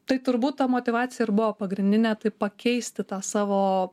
tai turbūt ta motyvacija ir buvo pagrindinė tai pakeisti tą savo